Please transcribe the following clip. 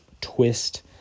twist